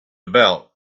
about